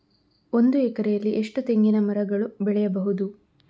ಒಂದು ಎಕರೆಯಲ್ಲಿ ಎಷ್ಟು ತೆಂಗಿನಮರಗಳು ಬೆಳೆಯಬಹುದು?